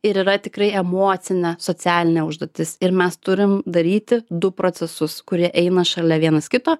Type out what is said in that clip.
ir yra tikrai emocinė socialinė užduotis ir mes turim daryti du procesus kurie eina šalia vienas kito